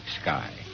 sky